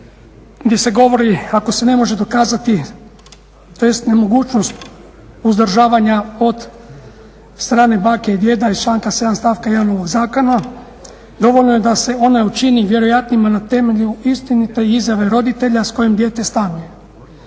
gdje se govori ako se ne može dokazati tj. nemogućnost uzdržavanja od strane bake i djeda iz članka 7. stavka 1. ovoga Zakona dovoljno je da se ono učini vjerojatnima na temelju istinite izjave roditelja s kojim dijete stanuje.